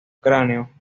cráneo